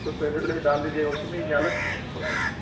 تو سیلیڈ ویلیڈ ڈال دیجیے گا اسی میں یا الگ سے دینا پڑتا ہے